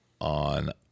on